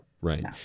Right